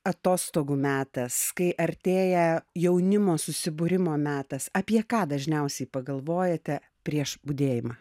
atostogų metas kai artėja jaunimo susibūrimo metas apie ką dažniausiai pagalvojate prieš budėjimą